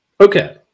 Okay